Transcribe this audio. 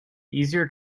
easier